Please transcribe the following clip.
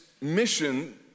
mission